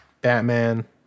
Batman